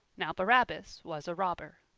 now barabbas was a robber.